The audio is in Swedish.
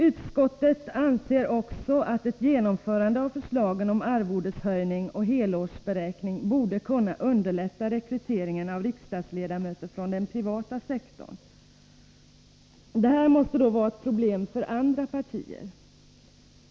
Utskottet anser att ett genomförande av förslagen om arvodeshöjning och helårsberäkning borde kunna underlätta rekryteringen av riksdagsledamöter från den privata sektorn. Det här måste då vara ett problem för andra partier.